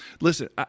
Listen